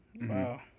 wow